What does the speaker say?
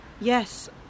yes